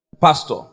Pastor